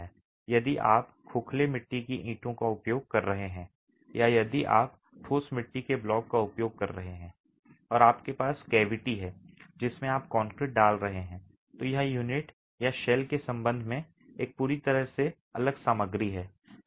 यदि आप खोखले मिट्टी की ईंटों का उपयोग कर रहे हैं या यदि आप ठोस मिट्टी के ब्लॉक का उपयोग कर रहे हैं और आपके पास कैविटी हैं जिसमें आप कंक्रीट डाल रहे हैं तो यह यूनिट या शेल के संबंध में एक पूरी तरह से अलग सामग्री है